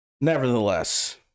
Nevertheless